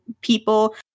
people